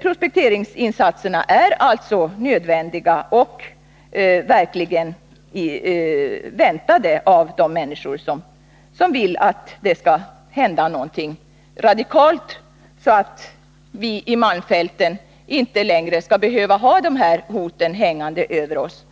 Prospekteringsinsatserna är alltså nödvändiga och verkligen väntade av de människor som vill att det skall hända någonting radikalt, så att vi i malmfälten inte längre skall behöva ha hoten hängande över oss